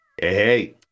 hey